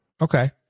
Okay